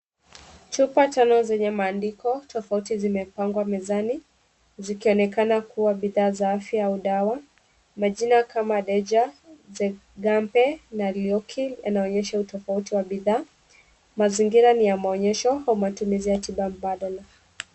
Chupa tano zenye maandiko tofauti zimepangwa mezani zikionekana kuwa bidhaa za afya au dawa. Majina kama Deja, Nzegampe na Leokil inaonyesha utofauti wa bidhaa. Mazingira ni ya maonyesho kwa matumizi ya tiba mbadala.